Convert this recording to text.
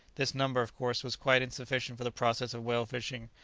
this number, of course, was quite insufficient for the process of whale-fishing,